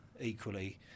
equally